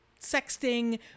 sexting